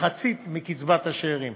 מחצית מקצבת השאירים.